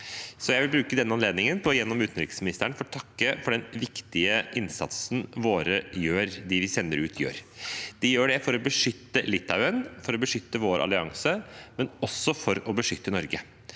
derfor bruke denne anledningen til gjennom utenriksministeren å få takke for den viktige innsatsen de vi sender ut, gjør. De gjør det for å beskytte Litauen og for å beskytte vår allianse, men også for å beskytte Norge.